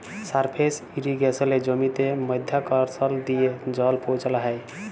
surface ইরিগেসলে জমিতে মধ্যাকরসল দিয়ে জল পৌঁছাল হ্যয়